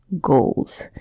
goals